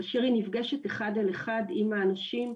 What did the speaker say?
כאשר היא נפגשת אחד על אחד עם האנשים.